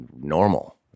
normal